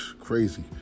crazy